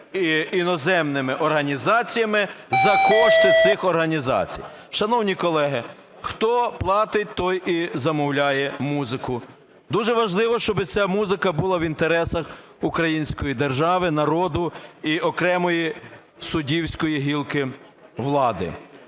та іноземними організаціями за кошти цих організацій. Шановні колеги, хто платить, той і замовляє музику. Дуже важливо, щоби ця музика була в інтересах української держави, народу і окремої суддівської гілки влади.